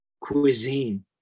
cuisine